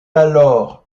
alors